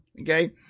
Okay